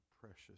precious